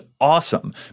awesome